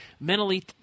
mentally